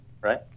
right